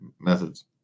methods